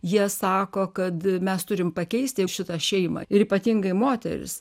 jie sako kad mes turim pakeisti šitą šeimą ir ypatingai moteris